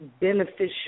beneficial